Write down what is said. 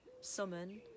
summon